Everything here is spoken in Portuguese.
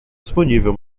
disponível